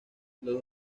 los